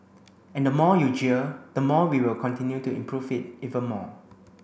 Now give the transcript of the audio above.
and the more you jeer the more we will continue to improve it even more